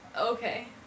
okay